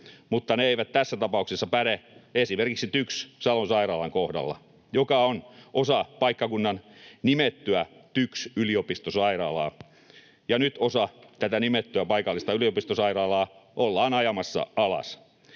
mutta ne eivät tässä tapauksessa päde esimerkiksi TYKS Salon sairaalan kohdalla, joka on osa paikkakunnan nimettyä TYKS-yliopistosairaalaa, ja nyt osa tätä nimettyä paikallista yliopistosairaalaa ollaan ajamassa alas.